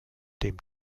dem